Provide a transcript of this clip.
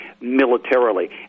militarily